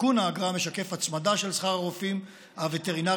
עדכון האגרה משקף הצמדה של שכר הרופאים הווטרינריים